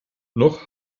noch